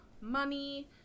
money